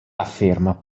afferma